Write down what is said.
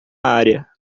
área